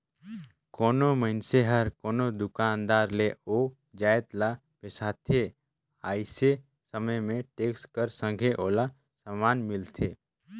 कोनो मइनसे हर कोनो दुकानदार ले ओ जाएत ल बेसाथे अइसे समे में टेक्स कर संघे ओला समान मिलथे